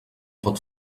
pot